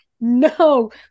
no